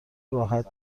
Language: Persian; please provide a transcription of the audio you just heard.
راحت